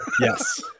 Yes